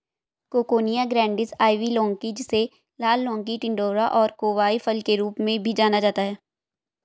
coccinia grandis, ivy लौकी, जिसे लाल लौकी, टिंडोरा और कोवाई फल के रूप में भी जाना जाता है